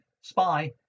spy